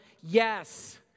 Yes